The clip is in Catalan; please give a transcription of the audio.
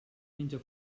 menja